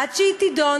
עד שהיא תידון,